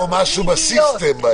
יש פה משהו בסיסטם בעייתי.